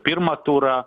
pirmą turą